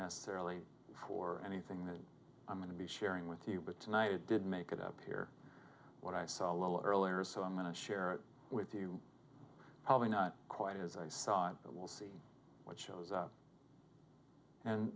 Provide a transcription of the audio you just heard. necessarily for anything that i'm going to be sharing with you but tonight it did make it appear what i saw a little earlier so i'm going to share with you probably not quite as i saw it but we'll see what shows up and